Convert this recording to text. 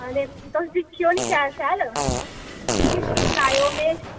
हां ते तुस दिक्खेओ नीं शैल शैल फ्ही मिगी सनाएओ में